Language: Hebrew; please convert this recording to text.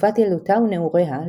לתקופת ילדותה ונעוריה,